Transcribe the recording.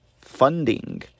funding